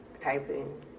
typing